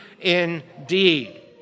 indeed